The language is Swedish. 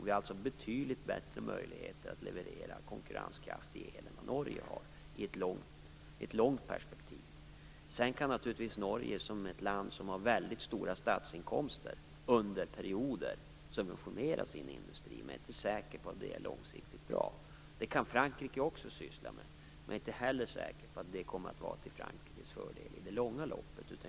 Vi har alltså betydligt bättre möjligheter att leverera konkurrenskraftig el än vad Norge har i ett långt perspektiv. Sedan kan naturligtvis Norge, som är ett land med väldigt stora statsinkomster, under perioder subventionera sin industri, men jag är inte säker på att det är långsiktigt bra. Det kan Frankrike också syssla med, men jag är inte heller säker på att det kommer att vara till Frankrikes fördel i det långa loppet.